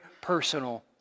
personal